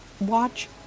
watch